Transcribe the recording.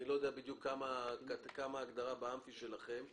אני לא יודע מה בדיוק ההגדרה באמפיתיאטרון שלכם.